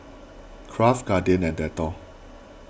Kraft Guardian and Dettol